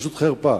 פשוט חרפה.